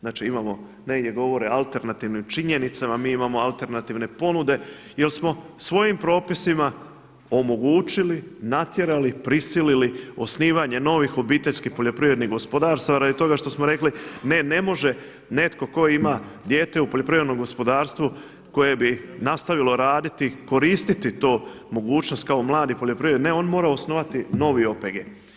Znači imamo, negdje govore o alternativnim činjenicama, mi imamo alternativne ponude jer smo svojim propisima omogućili, natjerali, prisilili osnivanje novih obiteljskih poljoprivrednih gospodarstava radi toga što smo rekli ne ne može, netko tko ima dijete u poljoprivrednom gospodarstvu koje bi nastavilo raditi, koristiti tu mogućnost kao mladi poljoprivrednici, ne on mora osnovati novi OPG.